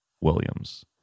Williams